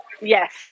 Yes